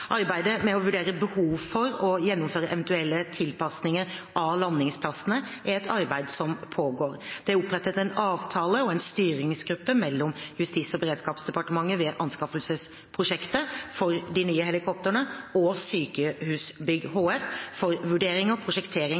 Arbeidet med å vurdere behov for og å gjennomføre eventuelle tilpasninger av landingsplasser pågår. Det er opprettet en avtale og en styringsgruppe mellom Justis- og beredskapsdepartementet ved anskaffelsesprosjektet for de nye helikoptrene og Sykehusbygg HF for vurderinger, prosjektering og